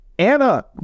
Anna